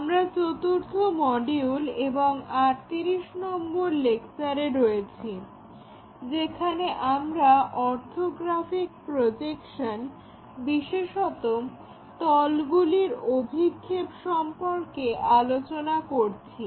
আমরা চতুর্থ মডিউল এবং 38 নাম্বার লেকচারে রয়েছি যেখানে আমরা অর্থোগ্রাফিক প্রজেকশন বিশেষত তলগুলির অভিক্ষেপ সম্পর্কে আলোচনা করছি